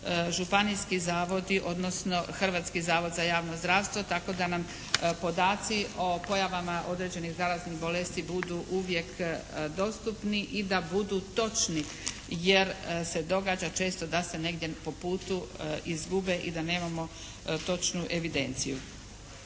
županijski zavodi odnosno Hrvatski zavod za javno zdravstvo tako da nam podaci o pojavama određenih zaraznih bolesti budu uvijek dostupni i da budu točni jer se događa često da se negdje po putu izgube i da nemamo točnu evidenciju.